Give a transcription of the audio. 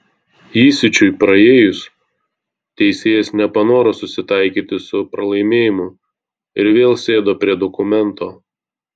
įsiūčiui praėjus teisėjas nepanoro susitaikyti su pralaimėjimu ir vėl sėdo prie dokumento